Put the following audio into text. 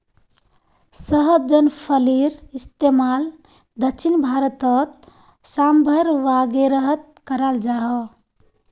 सहजन फलिर इस्तेमाल दक्षिण भारतोत साम्भर वागैरहत कराल जहा